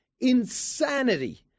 insanity